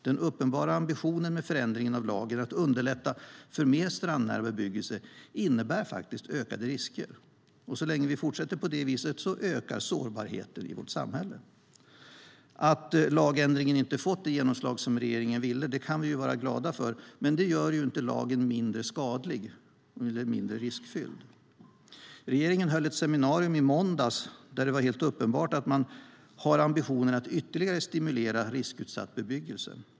Den uppenbara ambitionen med förändringen av lagen - att underlätta för mer strandnära bebyggelse - innebär ökade risker. Så länge vi fortsätter på det viset ökar sårbarheten i vårt samhälle. Att lagändringen inte fått det genomslag regeringen ville kan vi ju vara glada för, men det gör inte lagen mindre skadlig eller mindre riskfylld. Regeringen höll ett seminarium i måndags, där det var helt uppenbart att man har ambitionen att ytterligare stimulera riskutsatt bebyggelse.